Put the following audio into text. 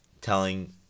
telling